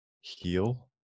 heal